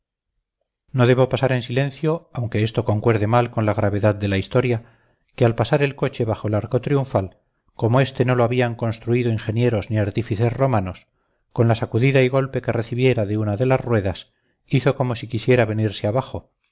no debo pasar en silencio aunque esto concuerde mal con la gravedad de la historia que al pasar el coche bajo el arco triunfal como este no lo habían construido ingenieros ni artífices romanos con la sacudida y golpe que recibiera de una de las ruedas hizo como si quisiera venirse abajo